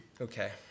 Okay